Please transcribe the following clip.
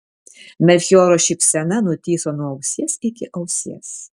melchioro šypsena nutįso nuo ausies iki ausies